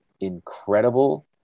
incredible